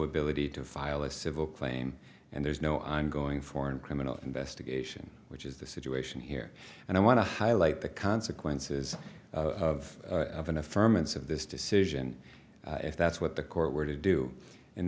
ability to file a civil claim and there's no ongoing foreign criminal investigation which is the situation here and i want to highlight the consequences of an affirmative this decision if that's what the court were to do in